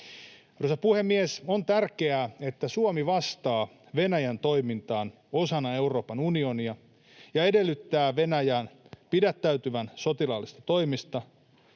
Arvoisa puhemies! On tärkeää, että Suomi vastaa Venäjän toimintaan osana Euroopan unionia ja edellyttää Venäjän pidättäytyvän sotilaallisista toimista.